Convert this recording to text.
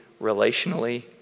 relationally